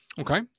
Okay